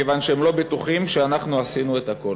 כיוון שהם לא בטוחים שאנחנו עשינו את הכול.